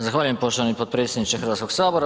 Zahvaljujem poštovani potpredsjedniče Hrvatskog sabora.